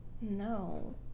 no